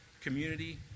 community